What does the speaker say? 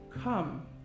Come